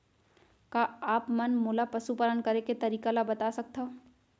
का आप मन मोला पशुपालन करे के तरीका ल बता सकथव?